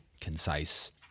concise